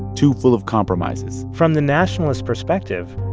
too full of compromises from the nationalist perspective,